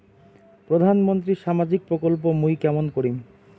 প্রধান মন্ত্রীর সামাজিক প্রকল্প মুই কেমন করিম?